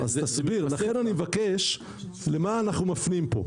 לכן אני מבקש שתסביר למה אנחנו מפנים פה?